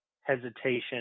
hesitation